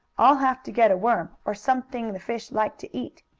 i'll have to get a worm, or something the fish like to eat.